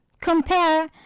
compare